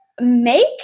make